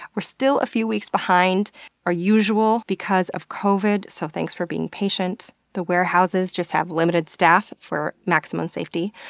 we're still a few weeks behind our usual because of covid, so thanks for being patient. the warehouses just have limited staff for maximum safety.